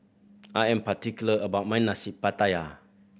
I am particular about my Nasi Pattaya